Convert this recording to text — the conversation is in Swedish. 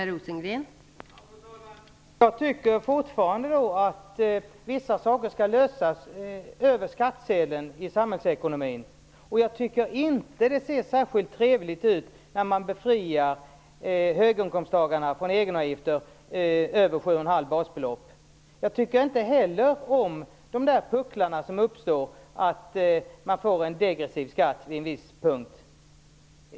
Fru talman! Jag tycker fortfarande att vissa saker i samhällsekonomin skall lösas över skattsedeln. Jag tycker inte att det ser särskilt trevligt ut när man befriar höginkomsttagarna från egenavgifter på inkomster över 7,5 basbelopp. Jag tycker heller inte om de där pucklarna som uppstår och som visar att man får en degressiv skatt vid en viss punkt.